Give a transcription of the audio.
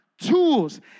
tools